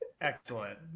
Excellent